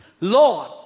Lord